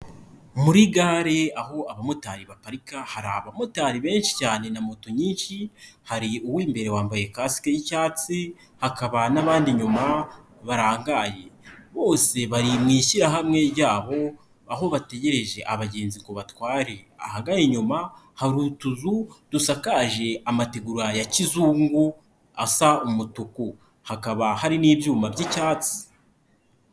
Muri gare aho abamotari baparika, hari abamotari benshi cyane na moto nyinshi, hari uw'imbere wambaye casike y'icyatsi, hakaba n'abandi nyuma barangaye. Bose bari mu ishyirahamwe ryabo aho bategereje abagenzi ku batware. Ahagana inyuma hari utuzu dusakaje amategura ya kizungu asa umutuku. Hakaba hari n'ibyuma by'icyatsi.